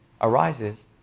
arises